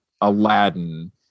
Aladdin